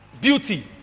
beauty